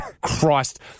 Christ